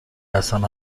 حسن